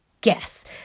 guess